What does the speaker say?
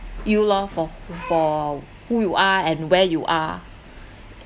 you lor for for who you are and where you are